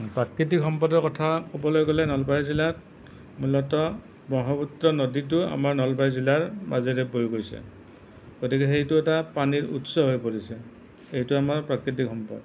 প্ৰাকৃতিক সম্পদৰ কথা ক'বলৈ গ'লে নলবাৰী জিলাত মূলতঃ ব্ৰক্ষ্মপুত্ৰ নদীটো আমাৰ নলবাৰী জিলাৰ মাজেৰে বৈ গৈছে গতিকে সেইটো এটা পানীৰ উৎস হৈ পৰিছে এইটো আমাৰ প্ৰাকৃতিক সম্পদ